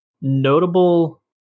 notable